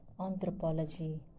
anthropology